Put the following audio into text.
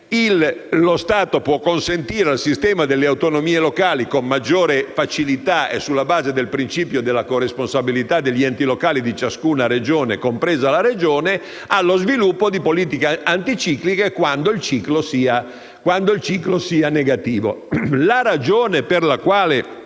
lo Stato può consentire al sistema delle autonomie locali, con maggiore facilità e sulla base del principio della corresponsabilità degli enti locali di ciascuna Regione (compresa la Regione), lo sviluppo di politiche anticicliche quando il ciclo sia negativo.